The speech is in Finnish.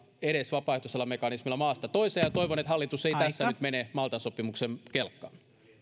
edes vapaaehtoisella mekanismilla maasta toiseen ja toivon että hallitus ei tässä nyt mene maltan sopimuksen kelkkaan